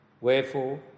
Wherefore